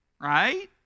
Right